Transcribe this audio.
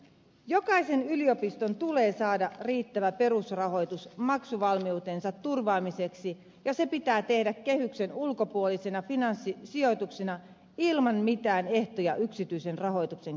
jokaisen yliopiston tulee saada riittävä perusrahoitus maksuvalmiutensa turvaamiseksi ja se pitää tehdä kehyksen ulkopuolisena finanssisijoituksena ilman mitään ehtoja yksityisen rahoituksen keräämisestä